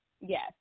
yes